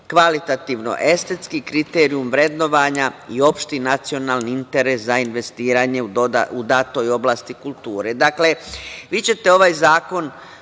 kvalitativno estetski kriterijum vrednovanja i opšti nacionalni interes za investiranje u datoj oblasti kulture. Vi ćete ovaj zakon